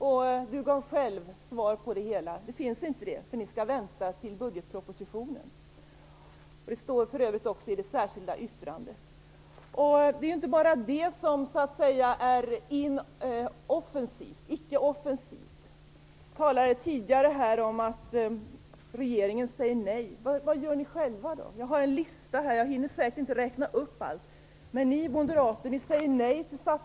Per Unckel gav själv svar på detta: Det finns inte, för ni skall vänta tills budgetpropositionen kommer. Det redovisas för övrigt också i det särskilda yttrandet. Det är inte bara det som är icke offensivt. Man talade tidigare här om att regeringen säger nej. Vad gör ni då själva? Jag har här en lista, som jag säkerligen inte hinner redovisa i dess helhet, över de saker som ni moderater säger nej till.